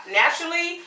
naturally